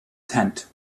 tent